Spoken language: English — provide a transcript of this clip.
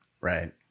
right